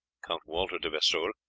count walter de vesoul,